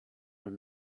were